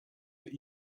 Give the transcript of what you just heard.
that